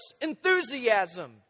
enthusiasm